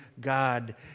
God